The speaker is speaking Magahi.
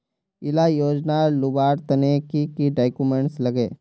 इला योजनार लुबार तने की की डॉक्यूमेंट लगे?